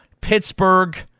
Pittsburgh